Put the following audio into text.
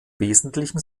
wesentlichen